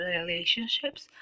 relationships